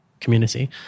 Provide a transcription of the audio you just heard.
community